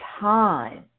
time